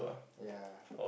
ya